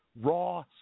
Raw